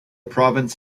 province